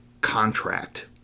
contract